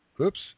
Oops